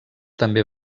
també